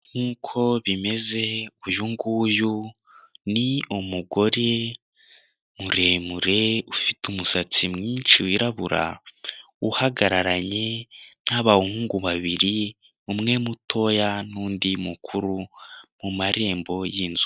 Nk'uko bimeze uyu nguyu ni umugore muremure ufite umusatsi mwinshi wirabura, uhagararanye n'abahungu babiri, umwe mutoya n'undi mukuru mu marembo y'inzu.